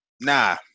nah